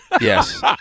Yes